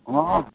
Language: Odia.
ହଁ